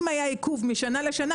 אם היה עיכוב משנה לשנה,